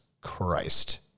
Christ